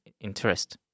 interest